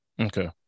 okay